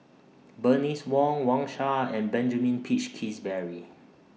Bernice Wong Wang Sha and Benjamin Peach Keasberry